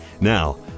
Now